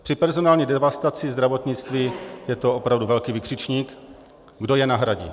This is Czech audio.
Při personální devastaci zdravotnictví je to opravdu velký vykřičník, kdo je nahradí.